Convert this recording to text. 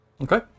Okay